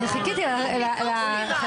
שוב האופוזיציה מפריעה לאופוזיציה.